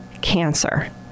cancer